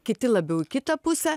kiti labiau kitą pusę